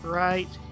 right